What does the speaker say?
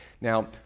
Now